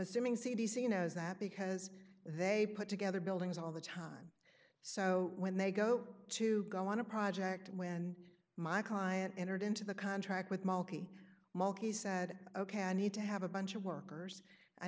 assuming c d c knows that because they put together buildings all the time so when they go to go on a project when my client entered into the contract with malky mackay said ok i need to have a bunch of workers